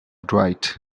dwight